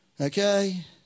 okay